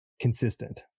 consistent